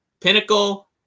Pinnacle